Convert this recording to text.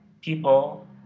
people